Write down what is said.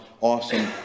awesome